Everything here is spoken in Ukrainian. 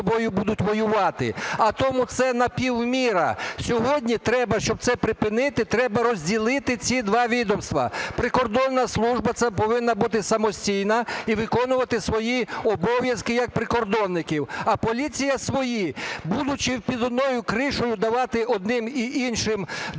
а тому це напівміра. Сьогодні треба, щоб це припинити, треба розділити ці два відомства. Прикордонна служба – це повинна бути самостійна і виконувати свої обов'язки як прикордонників, а поліція свої. Будучи під однією крышей, давати одним і іншим допитувати